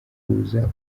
kuza